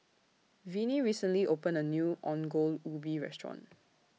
Vinie recently opened A New Ongol Ubi Restaurant